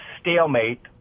stalemate